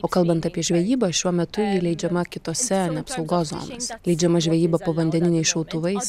o kalbant apie žvejybą šiuo metu ji leidžiama kitose apsaugos zonose leidžiama žvejyba povandeniniais šautuvais